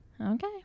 Okay